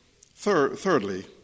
thirdly